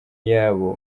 iyabo